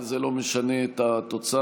אבל זה לא משנה את התוצאה.